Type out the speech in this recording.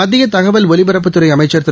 மத்திய தகவல் ஒலிபரப்புத்துறை அமைச்சா் திரு